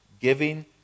giving